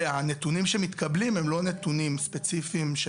והנתונים שמתקבלים הם לא נתונים ספציפיים של